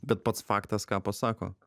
bet pats faktas ką pasako